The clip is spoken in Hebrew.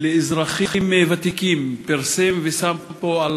לאזרחים ותיקים פרסם ושם פה על